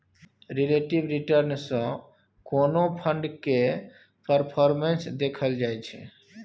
relative return सँ कोनो fund केर परफॉर्मेस देखल जाइ छै